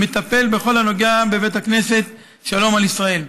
מטפל בכל מה שנוגע בבית הכנסת שלום על ישראל.